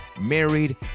married